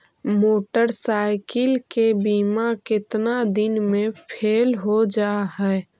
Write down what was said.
Motorcycle के बिमा केतना दिन मे फेल हो जा है?